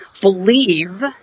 believe